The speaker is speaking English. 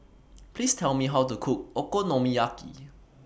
Please Tell Me How to Cook Okonomiyaki